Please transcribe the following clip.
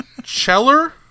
Cheller